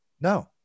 No